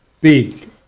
big